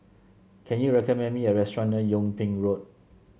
can you recommend me a restaurant near Yung Ping Road